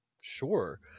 sure